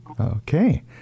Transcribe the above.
Okay